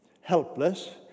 helpless